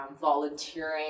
volunteering